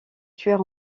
tueur